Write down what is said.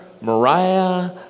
Mariah